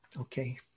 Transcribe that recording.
Okay